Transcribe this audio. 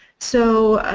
so